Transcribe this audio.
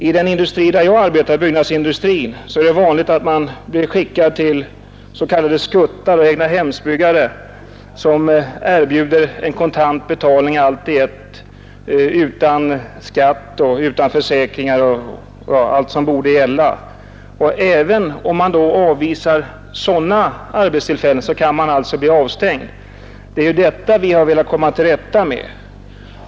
I den industri där jag arbetar — byggnadsindustrin — är det vanligt att man blir skickad till s.k. skuttar och egnahemsbyggare som erbjuder en kontant betalning allt i ett utan skatt, försäkring och annat som borde gälla. Även när man avvisar sådana arbetserbjudanden kan man bli avstängd. Det är detta vi har velat komma till rätta med.